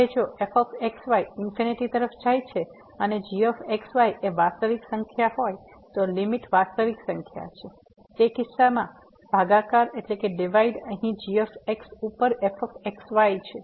હવે જો fx y infinity તરફ જાય છે અને g x y એક વાસ્તવિક સંખ્યા હોય તો લીમીટ વાસ્તવિક સંખ્યા છે તે કીસ્સામા ભાગાકાર અહીં g x y ઉપર fxy છે